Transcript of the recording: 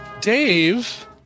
dave